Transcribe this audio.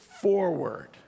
forward